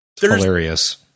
hilarious